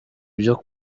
byo